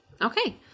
Okay